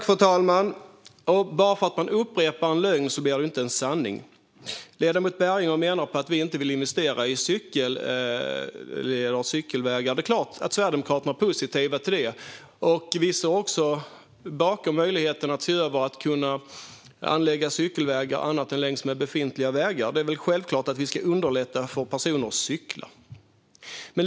Fru talman! Bara för att man upprepar en lögn blir den inte en sanning. Ledamoten Berginger menar att vi inte vill investera i cykelvägar. Det är klart att Sverigedemokraterna är positiva till det, och vi står även bakom att se över möjligheten att anlägga cykelvägar annat än längs med befintliga vägar. Det är väl självklart att vi ska underlätta för personer att cykla.